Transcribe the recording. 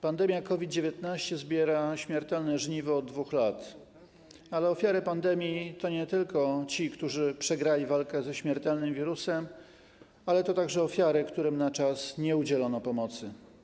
Pandemia COVID-19 zbiera śmiertelne żniwo od 2 lat, ale jej ofiary to nie tylko ci, którzy przegrali walkę ze śmiertelnym wirusem, ale to także ofiary, którym na czas nie udzielono pomocy.